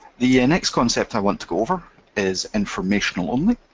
the next concept i want to go over is informational only.